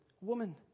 Woman